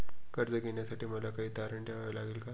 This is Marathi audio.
कर्ज घेण्यासाठी मला काही तारण ठेवावे लागेल का?